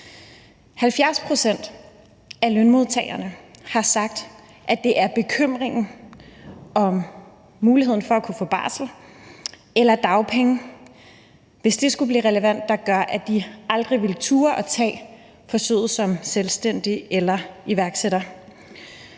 70 pct. af lønmodtagerne har sagt, at det er bekymringen om muligheden for at kunne få barsel eller dagpenge, hvis det skulle blive relevant, der gør, at de aldrig ville turde gøre forsøget som selvstændig eller iværksætter.